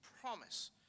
promise